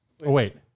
Wait